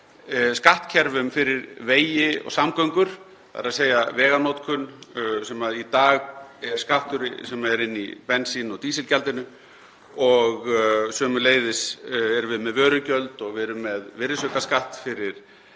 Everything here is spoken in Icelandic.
skattkerfum fyrir vegi og samgöngur, þ.e. veganotkun sem í dag er skattur sem er inn í bensín- og dísilgjaldinu. Sömuleiðis erum við með vörugjöld og við erum með virðisaukaskatt fyrir